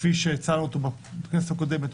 כפי שהצענו בכנסת הקודמת,